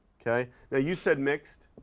okay? now you said mixed,